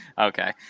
okay